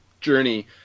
journey